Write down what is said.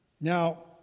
Now